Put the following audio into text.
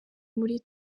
muri